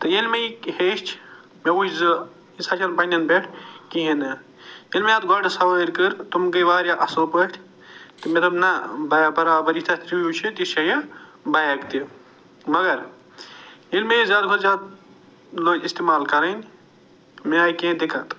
تہٕ ییٚلہِ مےٚ یہِ ہیٚچھ مےٚ وُچھ زِ سۅ چھَنہٕ پنٕنٮ۪ن پٮ۪ٹھ کِہیٖنٛۍ نہٕ ییٚلہِ مےٚ اتھ گۄڈٕ سوٲرۍ کٔر تِم گٔے وارِیاہ اصٕل پٲٹھۍ تہٕ مےٚ دوٚپ نہَ بیا برابر یُِتھ اتھ روِیو چھُ تہِ چھُ یہِ بایِک تہِ مگر ییٚلہِ مےٚ یہِ زیادٕ کھۄتہٕ زیادٕ لٔج اِستعمال کَرٕنۍ مےٚ آے کیٚنٛہہ دِقعت